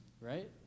Right